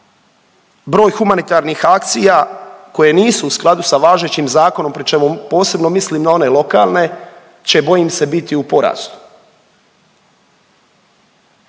broj humanitarnih akcija koje nisu u skladu sa važećim zakonom, pri čemu posebno mislim na one lokalne, će, bojim se, biti u porastu